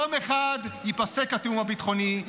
יום אחד ייפסק התיאום הביטחוני,